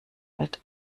wird